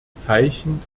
zeichen